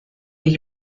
est